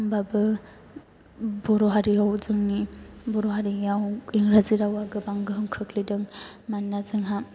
होनबाबो जोंनि बर' हारियाव इंराजि रावआ गोबां गोहोम खोख्लैदों मानोना जोंहा